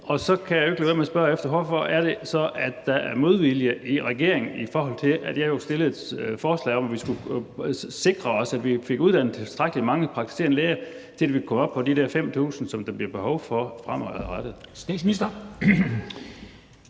Og så kan jeg jo ikke lade være med at spørge om, hvorfor det så er, at der er en modvilje i regeringen i forhold til det forslag, jeg stillede, om, at vi skulle sikre os, at vi fik uddannet tilstrækkelig mange praktiserende læger, så vi kunne komme op på de der 5.000, som der bliver behov for fremadrettet.